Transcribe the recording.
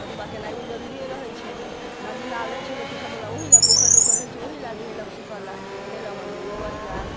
ओतबा केनाइयो जरूरीये रहैत छै नदी नाल रहैत छै लोकके सभ लए ओहि लए पोखरि लोकके रहैत छै ओहि लए जे हेलब सिखय लेल हेलयमे मोनो बड लागल